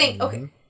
Okay